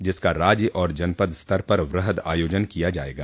जिसका राज्य और जनपद स्तर पर वृहद आयोजन किया जायेगा